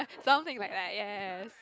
something like like ya ya ya